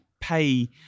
pay